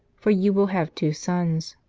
for you will have two sons.